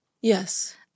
Yes